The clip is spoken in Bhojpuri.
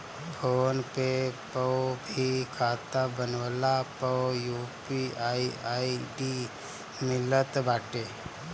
फ़ोन पे पअ भी खाता बनवला पअ यू.पी.आई आई.डी मिलत बाटे